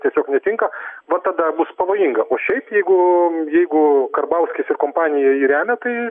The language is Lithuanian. tiesiog netinka va tada bus pavojinga o šiaip jeigu jeigu karbauskis ir kompanija jį remia tai